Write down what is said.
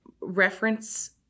reference